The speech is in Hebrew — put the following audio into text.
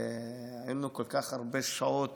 והיו לנו כל כך הרבה שעות